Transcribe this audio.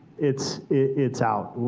it's it's out.